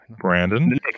Brandon